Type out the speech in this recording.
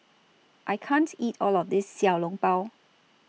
I can't eat All of This Xiao Long Bao